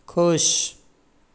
खुश